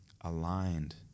aligned